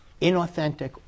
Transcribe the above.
inauthentic